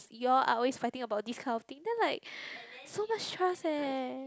you all are always fighting about these kind of thing then like so much trust eh